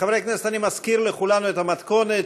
חברי כנסת, אני מזכיר לכולם את המתכונת.